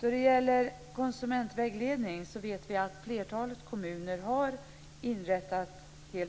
Då det gäller konsumentvägledning vet vi att flertalet kommuner helt